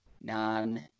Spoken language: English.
non